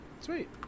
Sweet